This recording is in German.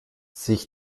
sich